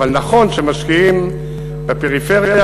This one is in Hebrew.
אבל נכון שמשקיעים בפריפריה,